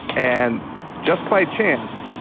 and just by chance,